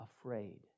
afraid